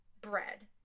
bread